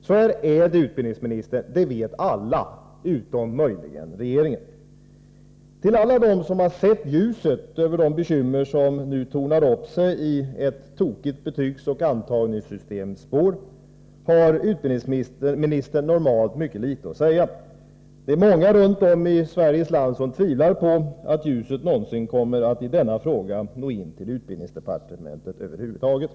Så här är det, utbildningsministern, det vet alla utom möjligen regeringen. Till alla dem som sett ljuset över de bekymmer som nu tornar upp sig i ett tokigt betygsoch antagningssystems spår har utbildningsministern normalt mycket litet att säga. Det är många runt om i Sveriges land som tvivlar på att ljuset någonsin kommer att i denna fråga nå in till utbildningsdepartementet över huvud taget.